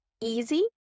easy